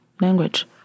language